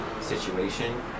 situation